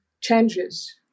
changes